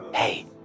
Hey